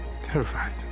terrified